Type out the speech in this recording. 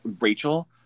Rachel